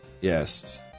Yes